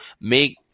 Make